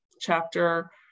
chapter